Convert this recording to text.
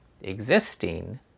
existing